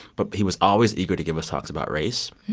but he was always eager to give us talks about race.